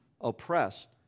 oppressed